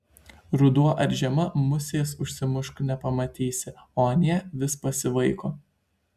ruduo ar žiema musės užsimušk nepamatysi o anie vis pasivaiko